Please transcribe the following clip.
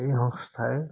এই সংস্থাই